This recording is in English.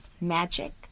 magic